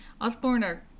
Osborne